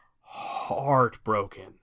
heartbroken